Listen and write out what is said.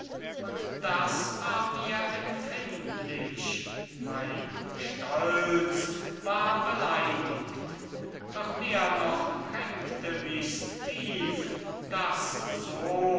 und das war mir empfindlich mein stolz war beleidigt doch mehr noch kränkte mich's tief daß so